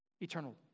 Eternal